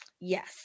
yes